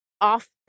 off